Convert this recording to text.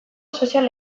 sozial